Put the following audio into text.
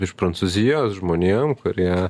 iš prancūzijos žmonėm kurie